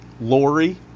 Lori